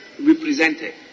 represented